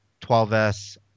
12S